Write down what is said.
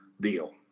deal